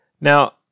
Now